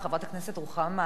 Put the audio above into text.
חברת הכנסת רוחמה אברהם-בלילא.